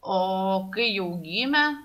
o kai jau gimė